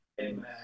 Amen